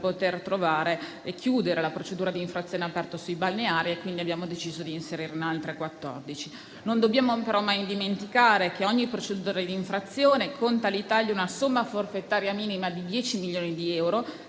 per poter chiudere la procedura di infrazione aperta sui balneari e quindi abbiamo deciso di inserirne altre 14. Non dobbiamo però mai dimenticare che ogni procedura d'infrazione costa all'Italia una somma forfettaria minima di 10 milioni di euro,